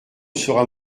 sera